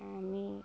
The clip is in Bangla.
আমি